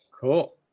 Cool